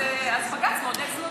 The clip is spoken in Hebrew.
אז כן, אז בג"ץ מעודד זנות.